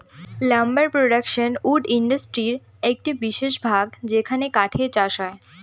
lumber production wood ইন্ডাস্ট্রির একটি বিশেষ ভাগ যেখানে কাঠের চাষ হয়